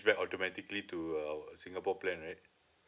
back automatically to uh singapore plan right